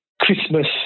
Christmas